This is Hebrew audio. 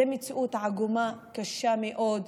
זו מציאות עגומה וקשה מאוד,